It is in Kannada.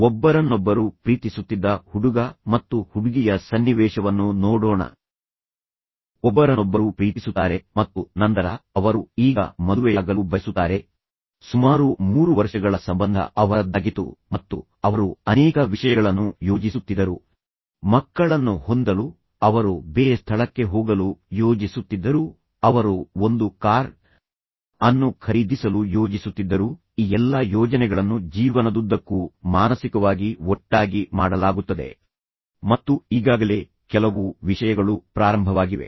ಒಬ್ಬರನ್ನೊಬ್ಬರು ಪ್ರೀತಿಸುತ್ತಿದ್ದ ಹುಡುಗ ಮತ್ತು ಹುಡುಗಿಯ ಸನ್ನಿವೇಶವನ್ನು ನೋಡೋಣ ಒಬ್ಬರನ್ನೊಬ್ಬರು ಪ್ರೀತಿಸುತ್ತಾರೆ ಮತ್ತು ನಂತರ ಅವರು ಈಗ ಮದುವೆಯಾಗಲು ಬಯಸುತ್ತಾರೆ ಸುಮಾರು ಮೂರು ವರ್ಷಗಳ ಸಂಬಂಧ ಅವರದ್ದಾಗಿತ್ತು ಮತ್ತು ಅವರು ಅನೇಕ ವಿಷಯಗಳನ್ನು ಯೋಜಿಸುತ್ತಿದ್ದರು ಮಕ್ಕಳನ್ನು ಹೊಂದಲು ಅವರು ಬೇರೆ ಸ್ಥಳಕ್ಕೆ ಹೋಗಲು ಯೋಜಿಸುತ್ತಿದ್ದರು ಅವರು ಒಂದು ಕಾರ್ ಅನ್ನು ಖರೀದಿಸಲು ಯೋಜಿಸುತ್ತಿದ್ದರು ಈ ಎಲ್ಲಾ ಯೋಜನೆಗಳನ್ನು ಜೀವನದುದ್ದಕ್ಕೂ ಮಾನಸಿಕವಾಗಿ ಒಟ್ಟಾಗಿ ಮಾಡಲಾಗುತ್ತದೆ ಮತ್ತು ಈಗಾಗಲೇ ಕೆಲವು ವಿಷಯಗಳು ಪ್ರ್ರಾರಂಭವಾಗಿವೆ